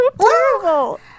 terrible